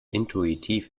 intuitiv